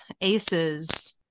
aces